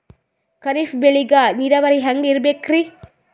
ಖರೀಫ್ ಬೇಳಿಗ ನೀರಾವರಿ ಹ್ಯಾಂಗ್ ಇರ್ಬೇಕರಿ?